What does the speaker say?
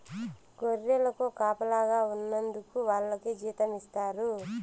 గొర్రెలకు కాపలాగా ఉన్నందుకు వాళ్లకి జీతం ఇస్తారు